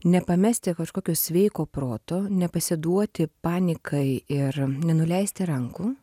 nepamesti kažkokio sveiko proto nepasiduoti panikai ir nenuleisti rankų